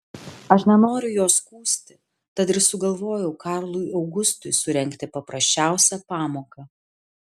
aš nenorėjau jo skųsti tad ir sugalvojau karlui augustui surengti paprasčiausią pamoką